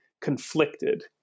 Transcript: conflicted